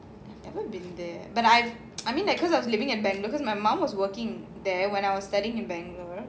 I haven't been there but I I mean like cause I was living and bangalore because my mom was working there when I was studying in bangalore